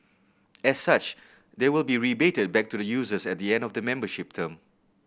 as such they will be rebated back to the users at the end of the membership term